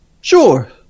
Sure